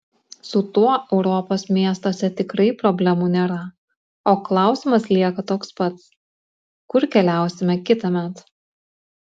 su tuo europos miestuose tikrai problemų nėra o klausimas lieka toks pats kur keliausime kitąmet